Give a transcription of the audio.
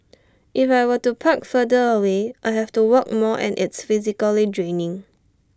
if I were to park further away I have to walk more and it's physically draining